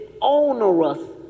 onerous